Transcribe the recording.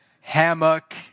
hammock